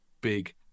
big